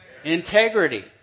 Integrity